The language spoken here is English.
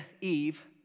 Eve